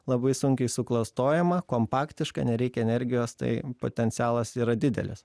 labai sunkiai suklastojama kompaktiška nereikia energijos tai potencialas yra didelis